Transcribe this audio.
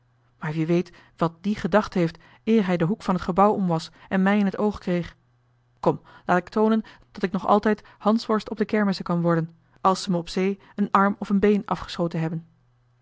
maar wie weet wat die gedacht heeft eer hij den hoek van t gebouw om was en mij in t oog kreeg kom laat ik toonen dat ik nog altijd hansworst op de kermissen kan worden als ze me op zee een arm of een been afgeschoten hebben